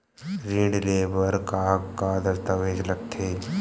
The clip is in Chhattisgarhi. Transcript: ऋण ले बर का का दस्तावेज लगथे?